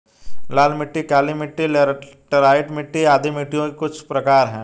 लाल मिट्टी, काली मिटटी, लैटराइट मिट्टी आदि मिट्टियों के कुछ प्रकार है